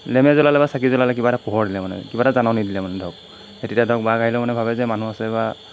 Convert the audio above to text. লেমে জ্বলালে বা চাকি জ্বলালে কিবা এটা পোহৰ দিলে মানে কিবা এটা জাননী দিলে মানে ধৰক তেতিয়া ধৰক বাঘ আহিলেও মানে ভাবে যে মানুহ আছে বা